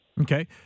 Okay